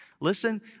Listen